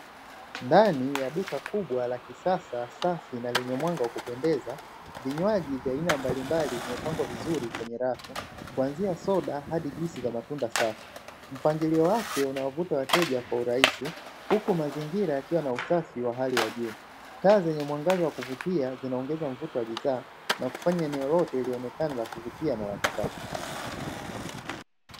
Ndani ya duka kubwa la kisasa safi na yenye mwanga wa kupendeza, vinywaji vya aina mbalimbali vimepangwa vizuri kwenye rafu, kuanzia soda hadi juisi za matunda safi. Mpangilio wake unawavuta wateja kwa urahisi, huku mazingira yakiwa na usafi wa hali ya juu. Taa zenye mwangaza wa kuvutia zinaongeza mvuto wa bidhaa na kufanya eneo lote lionekane la kuvutia na la kisasa.